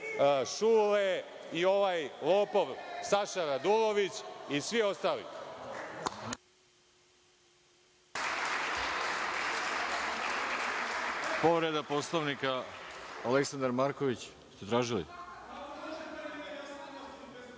Šule i ovaj lopov Saša Radulović i svi ostali.